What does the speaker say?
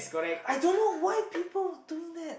I don't know why people doing that